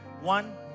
One